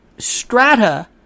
Strata